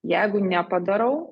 jeigu nepadarau